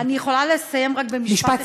אני יכולה לסיים רק במשפט אחד?